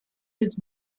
his